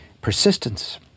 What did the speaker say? persistence